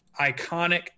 iconic